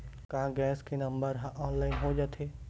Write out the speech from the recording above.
का गैस के नंबर ह ऑनलाइन हो जाथे?